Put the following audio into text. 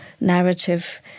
narrative